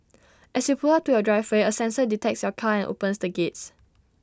as you pull up to your driveway A sensor detects your car and opens the gates